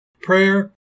prayer